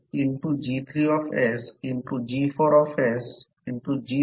दुसरा मार्ग काय असू शकतो